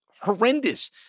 horrendous